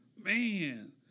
Man